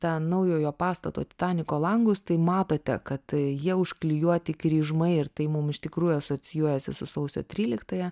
tą naujojo pastato titaniko langus tai matote kad jie užklijuoti kryžmai ir tai mum iš tikrųjų asocijuojasi su sausio tryliktąja